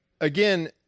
Again